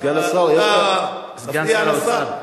סגן השר, אתה מפריע לשר.